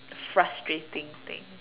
frustrating thing